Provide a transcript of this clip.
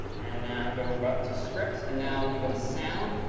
and now go up to scripts. and now, let me go to sound.